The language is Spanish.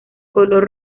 color